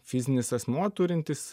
fizinis asmuo turintis